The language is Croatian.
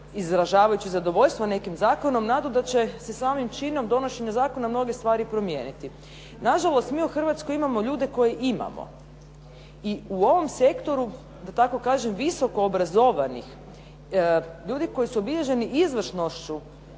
izražavajući zadovoljstvo nekim zakonom nadu da će se sa ovim činom donošenja zakona mnoge stvari promijeniti. Na žalost mi u Hrvatskoj imamo ljude koje imamo i u ovom sektoru da tako kažem visoko obrazovanih ljudi koji su obilježeni izvrsnošću